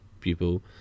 people